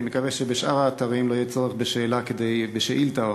אני מקווה שבשאר האתרים לא יהיה צורך בשאילתה או